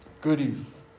goodies